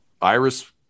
Iris